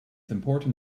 important